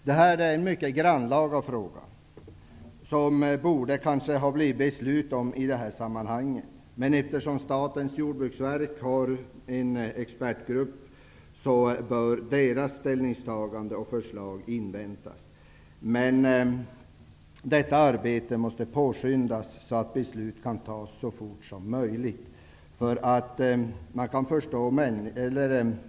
Detta är en mycket grannlaga fråga, som man kanske borde ha beslutat om i detta sammanhang. Men eftersom Statens jordbruksverk har tillsatt en expertgrupp bör dess ställningstagande och förslag inväntas. Detta arbete måste påskyndas, så att beslut kan fattas så fort som möjligt.